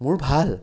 মোৰ ভাল